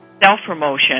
self-promotion